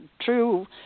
true